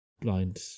blind